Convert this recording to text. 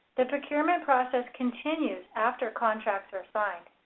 the procurement process continues after contracts are signed.